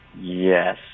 Yes